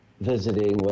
visiting